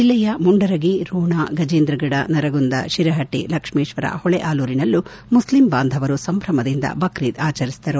ಜಿಲ್ಲೆಯ ಮುಂಡರಗಿ ರೋಣ ಗಜೇಂದ್ರಗಡ ನರಗುಂದ ಶಿರಹಟ್ಟಿ ಲಕ್ಷ್ಮೇಶ್ವರ ಹೊಳೆ ಆಲೂರಿನಲ್ಲೂ ಮುಸ್ಲಿಂ ಬಾಂಧವರು ಸಂಭ್ರಮದಿಂದ ಬಕ್ರೀದ್ ಆಚರಿಸಿದರು